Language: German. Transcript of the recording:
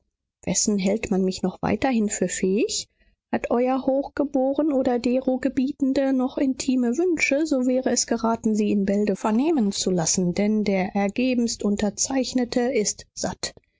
wessen hält man mich noch weiterhin für fähig hat euer hochgeboren oder dero gebietende noch intime wünsche so wäre es geraten sie in bälde vernehmen zu lassen denn der ergebenst unterzeichnete ist satt